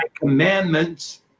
commandments